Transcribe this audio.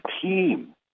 team